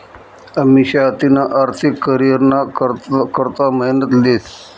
अमिषा तिना आर्थिक करीयरना करता मेहनत लेस